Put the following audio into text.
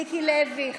מיקי לוי,